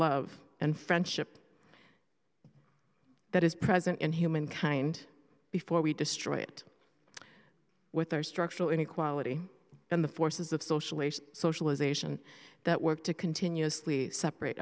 love and friendship that is present in humankind before we destroy it with our structural inequality and the forces of socialization socialization that work to continuously separate